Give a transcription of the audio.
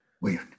weird